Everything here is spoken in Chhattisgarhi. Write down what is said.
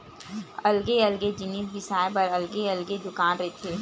अलगे अलगे जिनिस बिसाए बर अलगे अलगे दुकान रहिथे